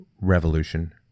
Revolution